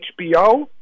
HBO